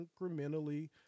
incrementally